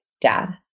dad